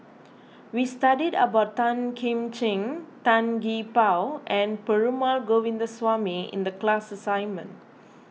we studied about Tan Kim Ching Tan Gee Paw and Perumal Govindaswamy in the class assignment